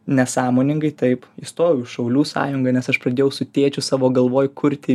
nesąmoningai taip įstojau į šaulių sąjungą nes aš pradėjau su tėčiu savo galvoj kurti